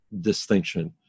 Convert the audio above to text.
distinction